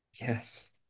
Yes